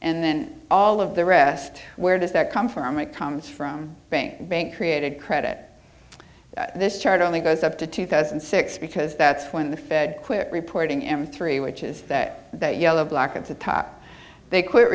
and then all of the rest where does that come from it comes from bank bank created credit this chart only goes up to two thousand and six because that's when the fed quit reporting m three which is that yellow black at the top they quit